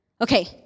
Okay